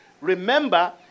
Remember